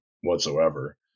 whatsoever